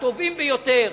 הטובים ביותר,